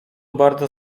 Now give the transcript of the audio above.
bardzo